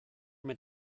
mit